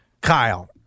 Kyle